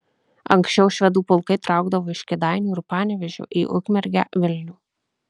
anksčiau švedų pulkai traukdavo iš kėdainių ir panevėžio į ukmergę vilnių